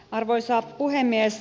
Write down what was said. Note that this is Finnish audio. arvoisa puhemies